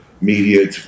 Media